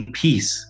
peace